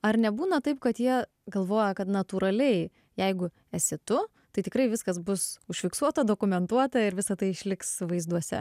ar nebūna taip kad jie galvoja kad natūraliai jeigu esi tu tai tikrai viskas bus užfiksuota dokumentuota ir visa tai išliks vaizduose